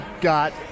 got